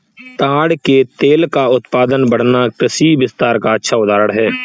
ताड़ के तेल का उत्पादन बढ़ना कृषि विस्तार का अच्छा उदाहरण है